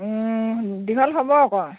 দীঘল হ'ব অক